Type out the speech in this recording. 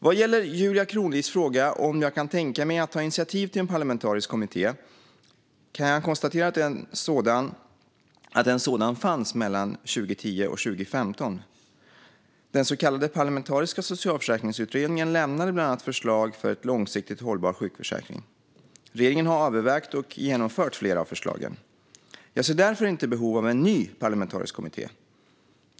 Vad gäller Julia Kronlids fråga om jag kan tänka mig att ta initiativ till en parlamentarisk kommitté kan jag konstatera att en sådan fanns mellan 2010 och 2015. Den så kallade parlamentariska socialförsäkringsutredningen lämnade bland annat förslag för en långsiktigt hållbar sjukförsäkring. Regeringen har övervägt och genomfört flera av förslagen. Jag ser därför inte behov av en ny parlamentarisk kommitté.